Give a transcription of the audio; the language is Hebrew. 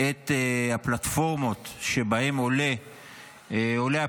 את הפלטפורמות שבהן עולה הפרסום,